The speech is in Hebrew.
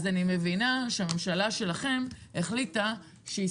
אז אני מבינה שהממשלה שלכם החליטה שהיא